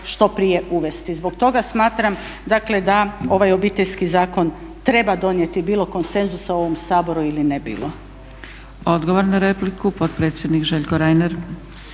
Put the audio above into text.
što prije uvesti. Zbog toga smatram dakle da ovaj Obiteljski zakon treba donijeti bilo konsenzusa u ovom Saboru ili ne bilo.